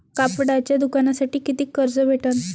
कापडाच्या दुकानासाठी कितीक कर्ज भेटन?